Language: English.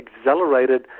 accelerated